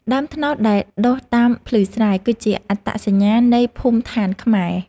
ដើមត្នោតដែលដុះតាមភ្លឺស្រែ គឺជាអត្តសញ្ញាណនៃភូមិឋានខ្មែរ។